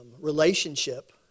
relationship